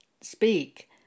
speak